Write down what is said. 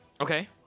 Okay